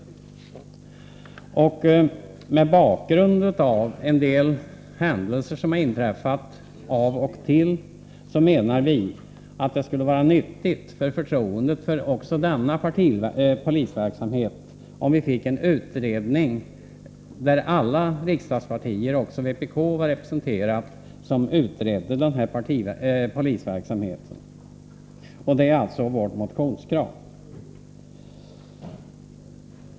Mot bakgrund av en del händelser som har inträffat av och till menar vi att det skulle vara nyttigt för förtroendet för denna polisverksamhet om den blev föremål för en utredning, där alla riksdagspartier, alltså även vpk, var representerade. Detta är vårt motionskrav.